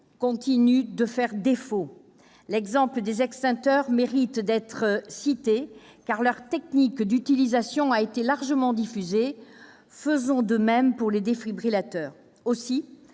continue de faire défaut. Les extincteurs méritent d'être cités en exemple, car leur technique d'utilisation a été largement diffusée. Faisons de même pour les défibrillateurs ! Aussi,